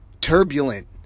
turbulent